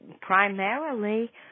primarily